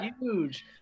huge